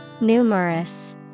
Numerous